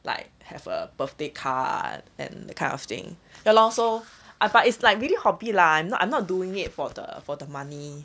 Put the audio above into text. like have a birthday card and that kind of thing ya lor so ah but it's like really hobby lah I'm not I'm not doing it for the for the money